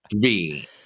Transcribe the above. three